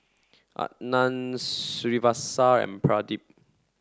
Anand Srinivasa and Pradip